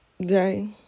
day